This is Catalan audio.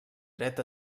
dret